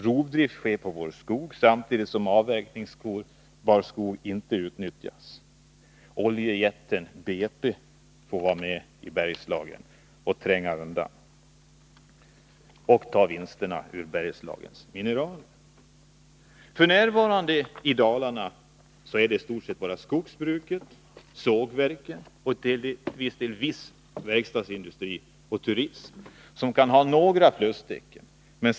Rovdrift sker på vår skog, samtidigt som avverkningsbar skog inte utnyttjas. Oljejätten BP får tränga ut andra och ta vinsterna ur Bergslagens mineraler. I Dalarna är det f.n. i stort sett bara skogsbruket, sågverken, viss verkstadsindustri och turismen som kan ge några positiva tecken.